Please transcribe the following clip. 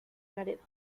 laredo